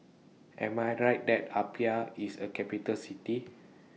Am I Right that Apia IS A Capital City